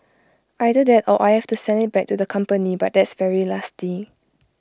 either that or I have to send IT back to the company but that's very nasty